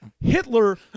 Hitler